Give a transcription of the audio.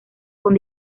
con